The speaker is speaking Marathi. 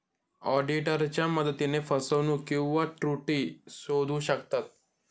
ऑडिटरच्या मदतीने फसवणूक किंवा त्रुटी शोधू शकतात